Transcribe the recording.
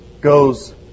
goes